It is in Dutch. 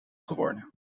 geworden